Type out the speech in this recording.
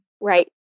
Right